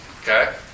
Okay